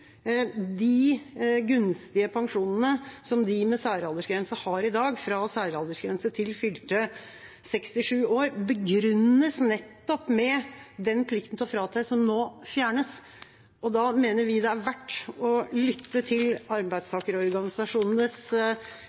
de gunstige pensjonene som de med særaldersgrense har i dag, fra særaldersgrense til fylte 67 år, begrunnes nettopp med den plikten til å fratre som nå fjernes. Da mener vi det er verdt å lytte til arbeidstakerorganisasjonenes